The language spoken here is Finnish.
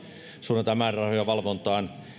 suunnataan määrärahoja valvontaan